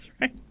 right